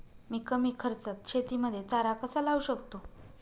मी कमी खर्चात शेतीमध्ये चारा कसा लावू शकतो?